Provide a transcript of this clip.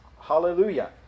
hallelujah